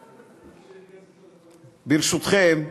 ברשותכם,